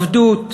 עבדות.